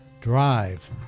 Drive